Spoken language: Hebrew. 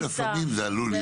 לפעמים זה עלול להיות רגיש.